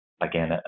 again